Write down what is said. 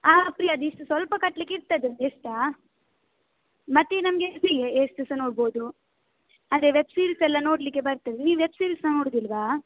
ಆಂ free ಅದು ಇಷ್ಟು ಸ್ವಲ್ಪ ಕಟ್ಲಿಕ್ಕೆ ಇರ್ತದೆ ಎಷ್ಟು ಮತ್ತು ನಮಗೆ ಫ್ರೀ ಎಷ್ಟು ಸಹ ನೋಡ್ಬೋದು ಅದೇ ವೆಬ್ ಸೀರೀಸೆಲ್ಲ ನೋಡಲಿಕ್ಕೆ ಬರ್ತದೆ ನೀನು ವೆಬ್ ಸೀರೀಸ್ನ ನೋಡೋದಿಲ್ವಾ